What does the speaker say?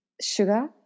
Sugar